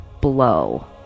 blow